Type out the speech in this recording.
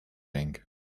ink